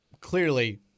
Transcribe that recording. Clearly